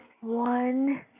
one